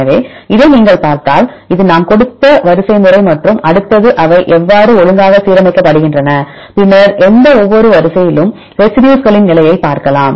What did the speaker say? எனவே இதை நீங்கள் பார்த்தால் இது நாம் கொடுத்த வரிசைமுறை மற்றும் அடுத்தது அவை எவ்வாறு ஒழுங்காக சீரமைக்கப்படுகின்றன பின்னர் எந்த ஒவ்வொரு வரிசையிலும் ரெசிடியூஸ்களின் நிலையைப்பார்க்கலாம்